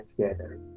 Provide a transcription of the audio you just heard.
together